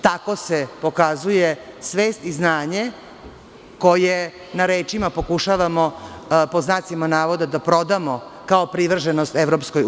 Tako se pokazuje svest i znanje koje na rečima pokušavamo, pod znacima navoda da prodamo kao privrženost EU.